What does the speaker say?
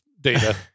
data